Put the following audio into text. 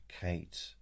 Kate